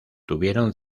tuvieron